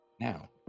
now